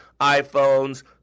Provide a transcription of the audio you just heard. iPhones